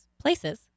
places